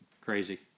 Crazy